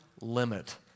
limit